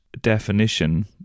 definition